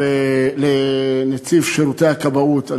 לנציב שירותי הכבאות,